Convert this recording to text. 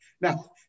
Now